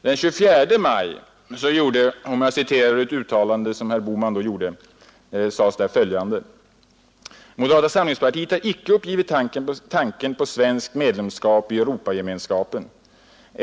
Den 24 maj gjorde herr Bohman följande uttalande: ”Moderata Samlingspartiet har icke uppgivit tanken på svenskt medlemskap i Europagemenskapen.